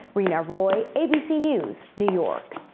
reena roy abc news, new york.